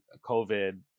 COVID